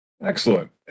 Excellent